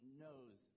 knows